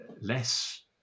less